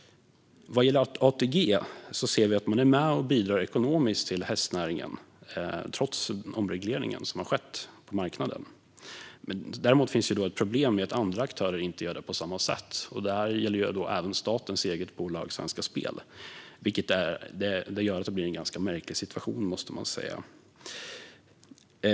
Vad gäller ATG är man med och bidrar till hästnäringen trots omregleringen som har skett på marknaden. Däremot finns det ett problem med att andra aktörer inte gör det på samma sätt. Det gäller även statens egna bolag Svenska Spel. Det gör att det blir en ganska märklig situation.